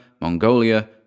Mongolia